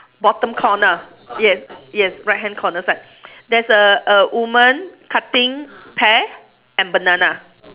bottom corner yeah yes right hand corner side there's a a woman cutting pear and banana